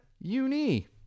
Uni